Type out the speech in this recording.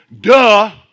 Duh